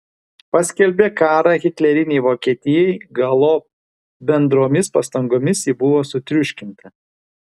paskelbė karą hitlerinei vokietijai galop bendromis pastangomis ji buvo sutriuškinta